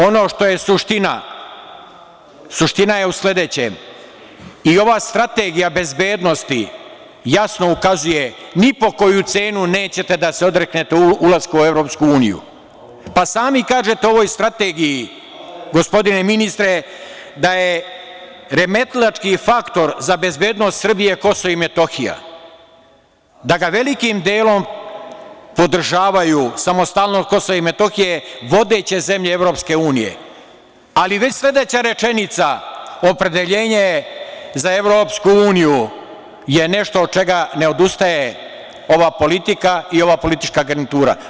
Ono što je suština, suština je u sledećem, i ova Strategija bezbednosti jasno ukazuje da ni po koju cenu nećete da se odreknete ulaska u EU, pa sami kažete u ovoj strategiji, gospodine ministre, da je remetilački faktor za bezbednost Srbije Kosovo i Metohija, da ga velikim delom podržavaju, samostalnost Kosova i Metohije, vodeće zemlje EU, ali već sledeća rečenica – opredeljenje za EU je nešto od čega ne odustaje ova politika i ova politička garnitura.